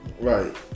Right